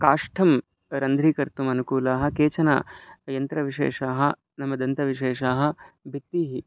काष्ठं रन्ध्रीकर्तुम् अनुकूलाः केचन यन्त्रविशेषाः नाम दन्तविशेषाः भित्तिः